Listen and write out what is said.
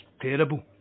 terrible